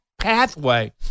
pathway